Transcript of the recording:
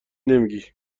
نمیگی